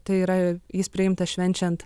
tai yra jis priimtas švenčiant